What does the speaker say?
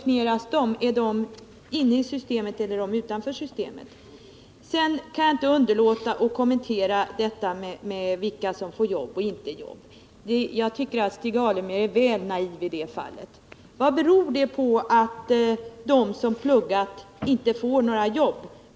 Är de inne i systemet eller utanför? Sedan kan jag inte underlåta att kommentera det som sades om vilka som får jobb och vilka som inte får det. Jag tycker att Stig Alemyr är väl naiv i det fallet. Vad beror det på att de som pluggat inte får några jobb?